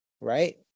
right